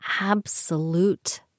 absolute